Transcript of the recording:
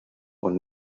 und